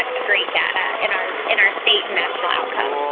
a great data in our, in our state national outcome.